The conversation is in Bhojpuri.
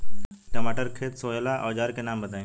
टमाटर के खेत सोहेला औजर के नाम बताई?